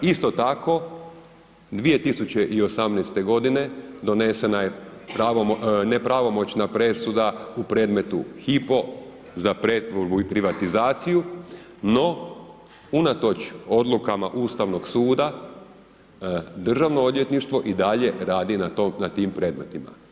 Isto tako, 2018. g. donesena je nepravomoćna presuda u predmetu Hypo za pretvorbu i privatizaciju no unatoč odlukama Ustavnog suda, Državno odvjetništvo i dalje rade na tim predmetima.